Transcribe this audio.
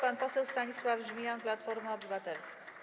Pan poseł Stanisław Żmijan, Platforma Obywatelska.